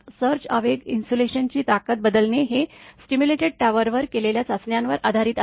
surge आवेग insulation ची ताकद बदलणे हे सिम्युलेटेड टॉवरवर केलेल्या चाचण्यांवर आधारित आहे